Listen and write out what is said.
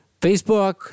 Facebook